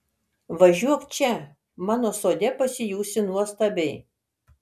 važiuok čia mano sode pasijusi nuostabiai